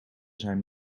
zijn